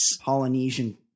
Polynesian